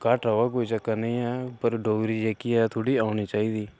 घट्ट औग कोई चकर नेईं ऐ पर डोगरी जेह्की ऐ थोह्ड़ी औनी चाहिदी